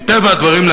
מטבע הדברים,